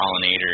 pollinators